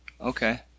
Okay